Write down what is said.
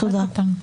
(2)